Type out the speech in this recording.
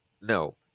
No